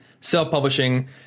self-publishing